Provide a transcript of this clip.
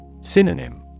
Synonym